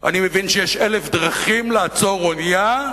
אני מבין שיש אלף דרכים לעצור אונייה,